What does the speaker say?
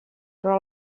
però